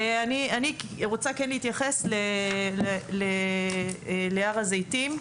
אני כן רוצה להתייחס להר הזיתים.